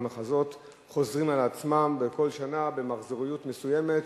המחזות חוזרים על עצמם כל שנה במחזוריות מסוימת,